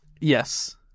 Yes